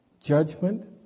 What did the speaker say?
judgment